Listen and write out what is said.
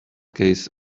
case